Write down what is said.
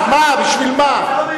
בשביל מה?